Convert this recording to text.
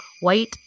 white